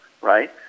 right